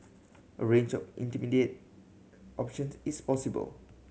a range of intermediate options is possible